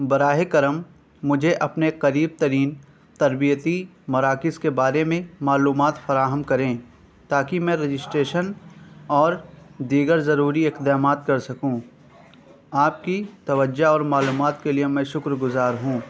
براہ کرم مجھے اپنے قریب ترین تربیتی مراکز کے بارے میں معلومات فراہم کریں تاکہ میں رجسٹریشن اور دیگر ضروری اقدامات کر سکوں آپ کی توجہ اور معلومات کے لیے میں شکر گزار ہوں